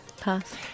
Pass